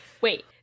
wait